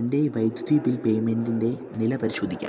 എൻ്റെ വൈദ്യുതി ബിൽ പേയ്മെൻ്റിൻ്റെ നില പരിശോധിക്കാമോ